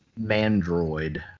Mandroid